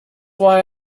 why